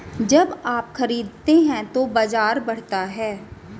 जब आप खरीदते हैं तो बाजार बढ़ता है